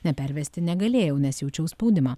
nepervesti negalėjau nes jaučiau spaudimą